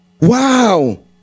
Wow